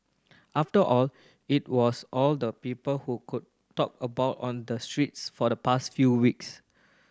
after all it was all the people could talk about on the streets for the past few weeks